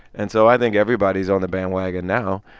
and so i think everybody is on the bandwagon now,